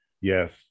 Yes